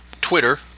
Twitter